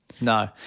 No